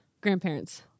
Grandparents